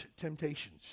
temptations